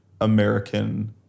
American